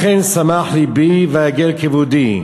לכן שמח לבי ויגל כבודי,